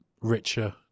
richer